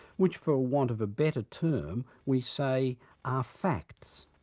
which for want of a better term, we say are facts.